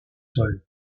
sol